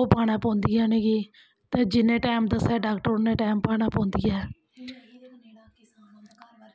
ओह् पाना पौंदी ऐ उनेंगी ते जिन्ने टैम दस्सै डाक्टर उन्ने टैम पाना पौंदी ऐ